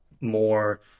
more